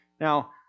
Now